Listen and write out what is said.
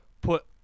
put